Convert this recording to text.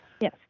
Yes